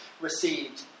received